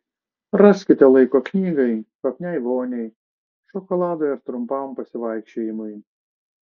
raskite laiko knygai kvapniai voniai šokoladui ar trumpam pasivaikščiojimui